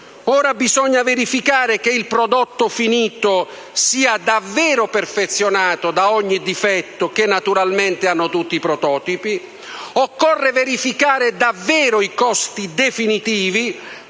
ora bisogna verificare che il prodotto finito sia davvero perfezionato da ogni difetto che, naturalmente, hanno tutti i prototipi. Occorre verificare davvero i costi definitivi